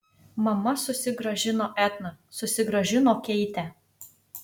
mama susigrąžino etną susigrąžino keitę